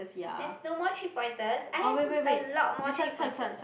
there's no more three pointers I have a lot more three pointers